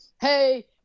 hey